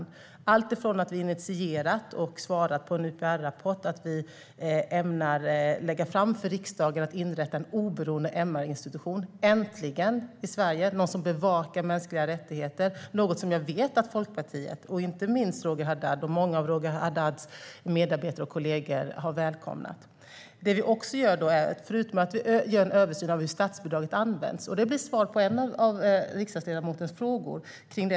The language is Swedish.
Det är allt från att vi har svarat på en UPR-rapport att vi har initierat och ämnar lägga fram för riksdagen att en oberoende MR-institution äntligen ska inrättas i Sverige. Den ska bevaka mänskliga rättigheter, något som jag vet att Folkpartiet, inte minst Roger Haddad och många av hans medarbetare och kollegor, har välkomnat. Vi gör en översyn av hur statsbidraget används. Det är svaret på en av riksdagsledamotens frågor.